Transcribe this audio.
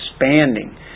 expanding